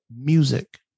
music